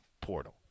portal